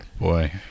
Boy